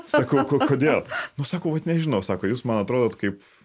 sakau kodėl nu sako vat nežinau sako jūs man atrodot kaip